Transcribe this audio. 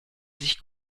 sich